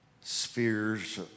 spheres